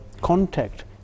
contact